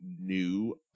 new